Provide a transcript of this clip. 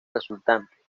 resultante